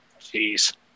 Jeez